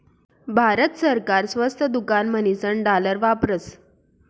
भारत सरकार स्वस्त दुकान म्हणीसन डालर वापरस